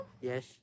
Yes